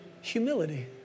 Humility